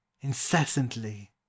incessantly